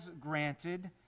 granted